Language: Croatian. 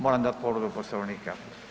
Moram dati povredu Poslovnika.